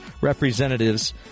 representatives